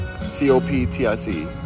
c-o-p-t-i-c